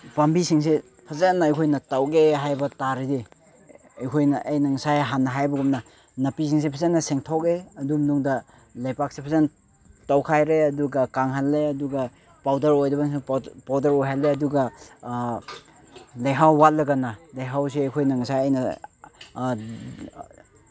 ꯄꯥꯝꯕꯤꯁꯤꯡꯁꯦ ꯐꯖꯅ ꯑꯩꯈꯣꯏꯅ ꯇꯧꯒꯦ ꯍꯥꯏꯕ ꯇꯥꯔꯗꯤ ꯑꯩꯈꯣꯏꯅ ꯑꯩꯅ ꯉꯁꯥꯏ ꯍꯥꯟꯅ ꯍꯥꯏꯕꯒꯨꯝꯅ ꯅꯥꯄꯤꯁꯤꯡꯁꯦ ꯐꯖꯅ ꯁꯦꯡꯊꯣꯛꯑꯦ ꯑꯗꯨ ꯃꯅꯨꯡꯗ ꯂꯩꯕꯥꯛꯁꯦ ꯐꯖꯅ ꯇꯧꯈꯥꯏꯔꯦ ꯀꯪꯍꯜꯂꯦ ꯑꯗꯨꯒ ꯄꯥꯎꯗꯔ ꯑꯣꯏꯗꯕꯁꯤꯡꯅ ꯄꯥꯎꯗꯔ ꯑꯣꯏꯍꯜꯂꯦ ꯑꯗꯨꯒ ꯂꯩꯍꯥꯎ ꯋꯥꯠꯂꯒꯅ ꯂꯩꯍꯥꯎꯁꯦ ꯑꯩꯈꯣꯏꯅ ꯉꯁꯥꯏ ꯑꯩꯅ